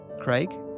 Craig